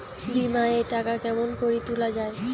বিমা এর টাকা কেমন করি তুলা য়ায়?